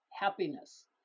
happiness